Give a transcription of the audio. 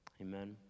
Amen